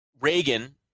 Reagan